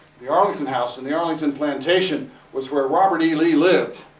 the arlington house and the arlington plantation was where robert e. lee lived.